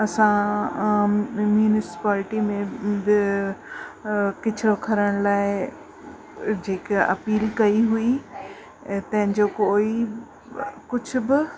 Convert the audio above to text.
असां म्यूनिसिपालिटी में किचरो खणण लाइ जेके अपील कई हुई ऐं पंहिंजो कोई कुझु बि